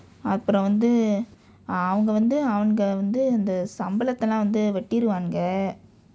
அப்புறம் வந்து அவங்க வந்து இந்த சம்பளத்தை எல்லாம் வந்து வெட்டிருவாங்க:appuram vandthu avangka vandthu indtha sambalaththai ellaam vandthu vetdiruvaangka